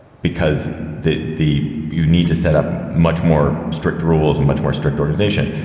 because the the you need to setup much more strict rules and much more strict organization.